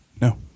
No